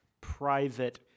private